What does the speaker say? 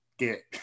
Get